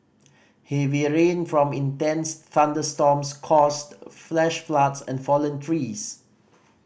heavy rain from intense thunderstorms caused flash floods and fallen trees